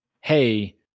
hey